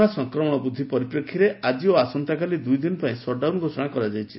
corona ସଂକ୍ରମଣ ବୃଦ୍ଧି ପରିପ୍ରେକ୍ଷୀରେ ଆକି ଓ ଆସନ୍ତାକାଲି ଦୁଇଦିନ ପାଇଁ ସଟ୍ଡାଉନ ଘୋଷଣା କରାଯାଇଛି